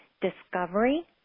discovery